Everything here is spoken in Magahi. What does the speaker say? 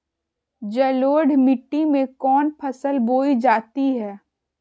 जलोढ़ मिट्टी में कौन फसल बोई जाती हैं?